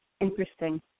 Interesting